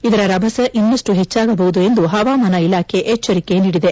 ಇದರ ರಭಸ ಇನ್ನಷ್ಟು ಹೆಚ್ಚಾಗಬಹುದು ಎಂದು ಪವಾಮಾನ ಇಲಾಖೆ ಎಚ್ಚರಿಕೆ ನೀಡಿದೆ